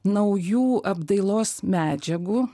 naujų apdailos medžiagų